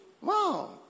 Wow